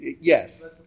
Yes